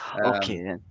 Okay